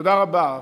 תודה רבה.